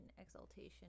exaltation